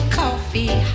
coffee